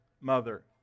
Mother